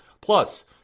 plus